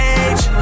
age